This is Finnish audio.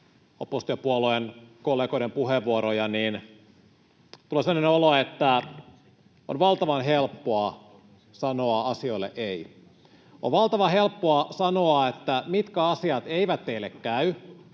oppositiopuolueiden kollegoiden puheenvuoroja, niin tulee semmoinen olo, että on valtavan helppoa sanoa asioille ”ei”. On valtavan helppoa sanoa, mitkä asiat eivät teille käy.